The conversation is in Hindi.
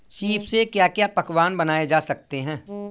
सीप से क्या क्या पकवान बनाए जा सकते हैं?